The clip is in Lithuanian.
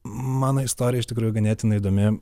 mano istorija iš tikrųjų ganėtinai įdomi